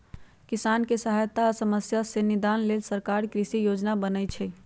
किसानके सहायता आ समस्या से निदान लेल सरकार कृषि योजना बनय छइ